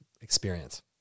experience